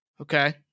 Okay